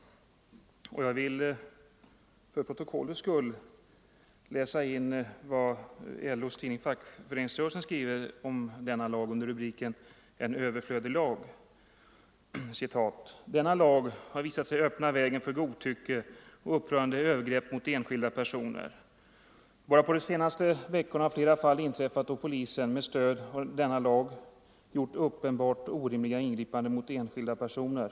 Jag vill för protokollets skull läsa in vad LO:s tidning Fackföreningsrörelsen skriver om denna lag under rubriken Överflödig lag: ”Denna lag har visat sig öppna vägen för godtycke och upprörande övergrepp mot enskilda personer. Bara de senaste veckorna har flera fall inträffat då polisen, med stöd av den här lagen, gjort uppenbart orimliga ingripanden mot enskilda personer.